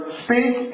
speak